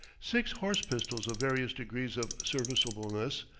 six horse-pistols of various degrees of serviceableness,